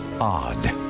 odd